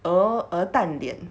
err 鹅蛋脸